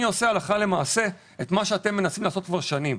אני עושה הלכה למעשה את מה שאתם מנסים לעשות כבר שנים.